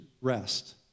rest